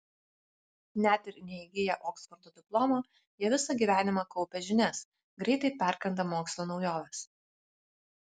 net ir neįgiję oksfordo diplomo jie visą gyvenimą kaupia žinias greitai perkanda mokslo naujoves